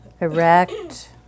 erect